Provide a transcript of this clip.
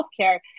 healthcare